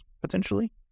potentially